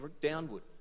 downward